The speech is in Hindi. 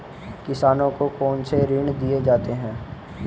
किसानों को कौन से ऋण दिए जाते हैं?